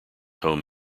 home